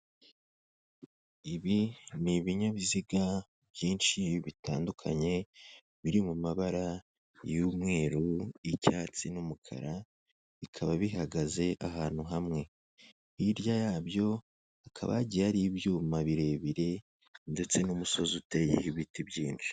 Ibi ni ibinyabiziga byinshi bitandukanye biri mu mabara y'umweru, icyatsi n'umukara, bikaba bihagaze ahantu hamwe, hirya yabyo hakaba hagiye hari ibyuma birebire ndetse n'umusozi uteye ibiti byinshi.